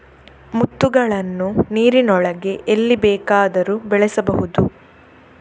ಮುತ್ತುಗಳನ್ನು ನೀರಿನೊಳಗೆ ಎಲ್ಲಿ ಬೇಕಾದರೂ ಬೆಳೆಸಬಹುದು